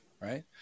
Right